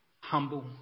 humble